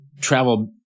travel